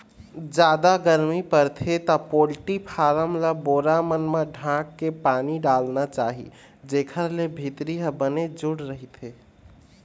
जादा गरमी परथे त पोल्टी फारम ल बोरा मन म ढांक के पानी डालना चाही जेखर ले भीतरी ह बने जूड़ रहिथे